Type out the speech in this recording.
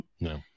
No